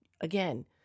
Again